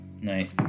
Night